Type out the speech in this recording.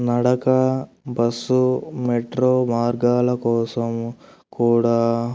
నడక bus metro మార్గాల కోసం కూడా